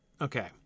Okay